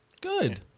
Good